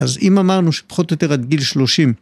אז אם אמרנו שפחות או יותר עד גיל שלושים.